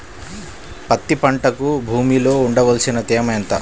పత్తి పంటకు భూమిలో ఉండవలసిన తేమ ఎంత?